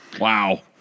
Wow